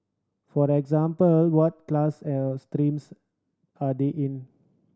for example what class or streams are they in